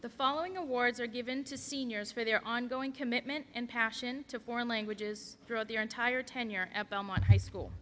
the following awards are given to seniors for their ongoing commitment and passion to foreign languages throughout their entire tenure at belmont high school